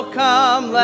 come